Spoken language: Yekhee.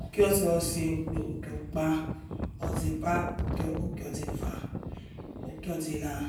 Uki osose ukpe ukio- okia uki-oze eva, uki-oze lehra